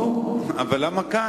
נו, אבל למה כאן?